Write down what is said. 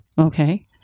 Okay